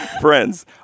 friends